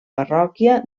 parròquia